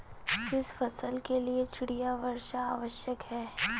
किस फसल के लिए चिड़िया वर्षा आवश्यक है?